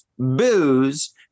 Booze